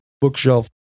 bookshelf